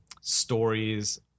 stories